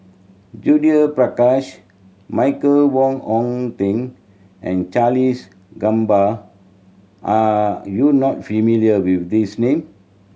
Judith Prakash Michael Wong Hong Teng and Charles Gamba are you not familiar with these name